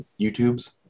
YouTubes